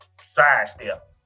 sidestep